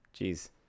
Jeez